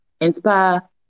inspire